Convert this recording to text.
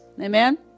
amen